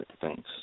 Thanks